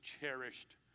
cherished